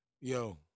yo